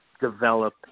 develop